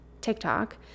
TikTok